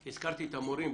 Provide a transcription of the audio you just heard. הזכרתי את המורים,